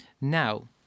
Now